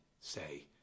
say